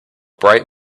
bright